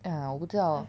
ya 我不知道